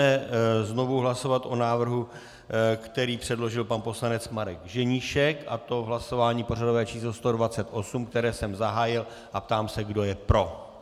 Nyní budeme znovu hlasovat o návrhu, který předložil pan poslanec Marek Ženíšek, a to v hlasování pořadové číslo 128, které jsem zahájil, a ptám se, kdo je pro.